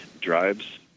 drives